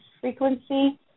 frequency